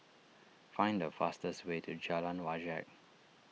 find the fastest way to Jalan Wajek